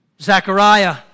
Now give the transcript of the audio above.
Zechariah